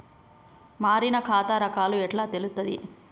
మారిన ఖాతా రకాలు ఎట్లా తెలుత్తది?